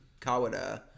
Kawada